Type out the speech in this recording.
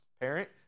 parent